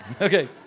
Okay